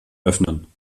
öffnen